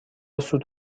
سوت